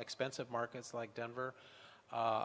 expensive markets like denver a